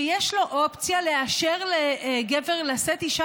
שיש לו אופציה לאשר לגבר לשאת אישה